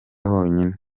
honyine